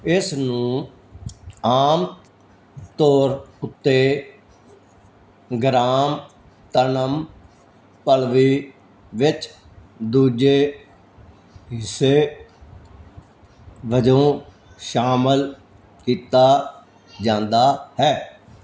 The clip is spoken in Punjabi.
ਇਸ ਨੂੰ ਆਮ ਤੌਰ ਉੱਤੇ ਗਰਾਮ ਤਨਮ ਪੱਲਵੀ ਵਿੱਚ ਦੂਜੇ ਹਿੱਸੇ ਵਜੋਂ ਸ਼ਾਮਲ ਕੀਤਾ ਜਾਂਦਾ ਹੈ